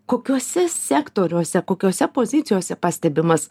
kokiuose sektoriuose kokiose pozicijose pastebimas